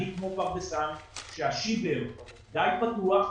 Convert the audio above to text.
אני כמו פרדסן שהשיבר די פתוח,